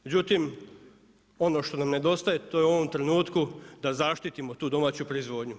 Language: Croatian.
Međutim, ono što nam nedostaje to je u ovom trenutku to je da zaštitimo tu domaću proizvodnju.